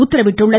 உத்தரவிட்டுள்ளது